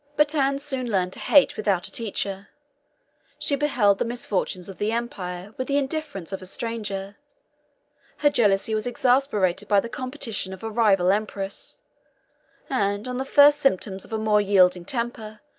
but anne soon learned to hate without a teacher she beheld the misfortunes of the empire with the indifference of a stranger her jealousy was exasperated by the competition of a rival empress and on the first symptoms of a more yielding temper,